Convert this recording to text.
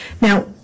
Now